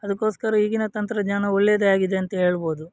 ಅದಕ್ಕೋಸ್ಕರ ಈಗಿನ ತಂತ್ರಜ್ಞಾನ ಒಳ್ಳೆಯದೇ ಆಗಿದೆ ಅಂತ ಹೇಳ್ಬೋದು